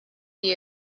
you